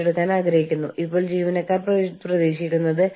ഒഴിവാക്കലുകൾക്ക് ആസ്ഥാനം അംഗീകാരം നൽകേണ്ടതുണ്ട്